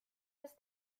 das